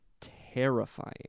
terrifying